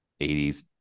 80s